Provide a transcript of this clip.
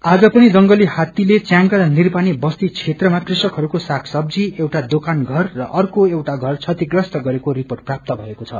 आज पनि जंगली हात्तीले च्यांगा र निरपानी वस्ती क्षेत्रमा कृषकहरूको साग सब्जी एउटा दााकानघर र अर्को एउटा घर क्षतिप्रस्त गरेको रिर्पोट प्राप्त भएको छ